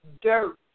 dirt